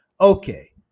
Okay